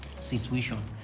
situation